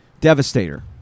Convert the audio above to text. Devastator